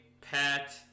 Pat